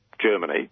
Germany